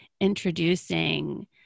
introducing